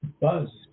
buzzed